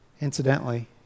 Incidentally